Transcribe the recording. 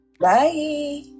Bye